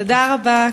תודה רבה,